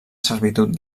servitud